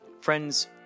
Friends